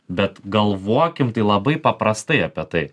bet galvokim tai labai paprastai apie tai